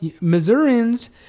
Missourians